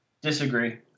Disagree